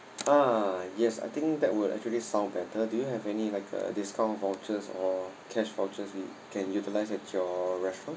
ah yes I think that would actually sound better do you have any uh a discount vouchers or cash vouchers we can utilise at your restaurant